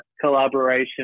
collaboration